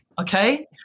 Okay